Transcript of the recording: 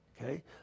Okay